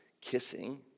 kissing